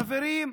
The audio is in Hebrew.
חברים,